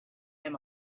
him